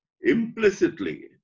implicitly